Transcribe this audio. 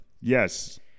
Yes